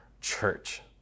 church